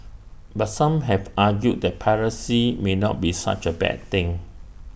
but some have argued that piracy may not be such A bad thing